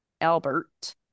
Albert